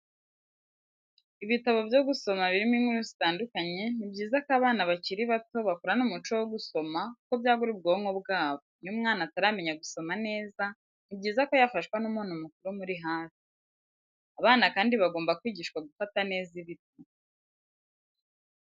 Ibitabo byo gusoma birimo inkuru zitandukanye, ni byiza ko abana bakiri bato bakurana umuco wo gusoma kuko byagura ubwonko bwabo, iyo umwana ataramenya gusoma neza ni byiza ko yafashwa n'umuntu mukuru umuri hafi. Abana kandi bagomba kwigishwa gufata neza ibitabo.